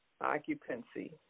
Occupancy